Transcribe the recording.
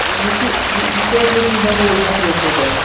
یہِ چھِ یہِ چھِ اَسہِ یٔتی نَمروز نَمروز ہوٹَل